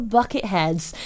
Bucketheads